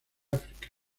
áfrica